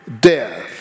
death